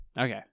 Okay